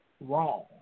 wrong